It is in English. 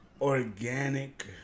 organic